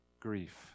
grief